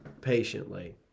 patiently